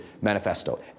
manifesto